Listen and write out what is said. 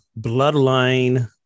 bloodline